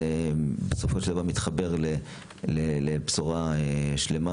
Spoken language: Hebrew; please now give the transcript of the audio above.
בסופו של דבר מתחברות לבשורה שלמה,